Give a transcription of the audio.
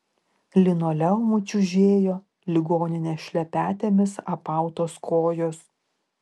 linoleumu čiužėjo ligoninės šlepetėmis apautos kojos